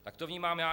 Tak to vnímám já.